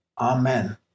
Amen